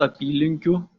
apylinkių